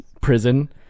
prison